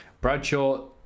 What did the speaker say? Bradshaw